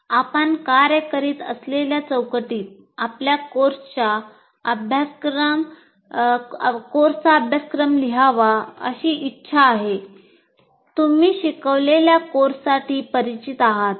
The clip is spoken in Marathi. आपण कार्य करीत असलेल्या चौकटीत आपल्या कोर्सचा अभ्यासक्रम लिहावा अशी आमची इच्छा आहे तुम्ही शिकवलेल्या कोर्ससाठी परिचित आहात